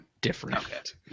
different